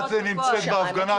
את נמצאת בהפגנה,